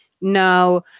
Now